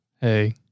hey